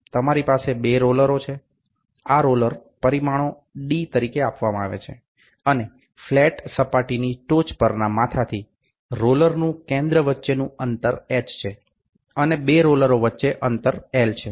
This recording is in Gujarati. તમારી પાસે બે રોલરો છે આ રોલર પરિમાણો d તરીકે આપવામાં આવે છે અને ફ્લેટ સપાટીની ટોચ પરના માથાથી રોલરનું કેન્દ્ર વચ્ચેનનું અંતર h છે અને બે રોલરો વચ્ચે અંતર એલ છે